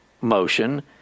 motion